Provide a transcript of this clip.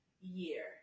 year